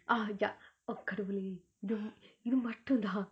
ah ya oh கடவுளே:kadavule don't இது மட்டுதா:ithu ithu mattutha